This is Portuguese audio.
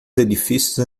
edifícios